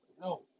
No